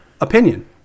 opinion